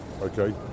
okay